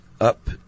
up